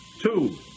Two